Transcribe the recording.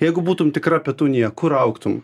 jeigu būtum tikra petunija kur augtum